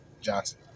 Johnson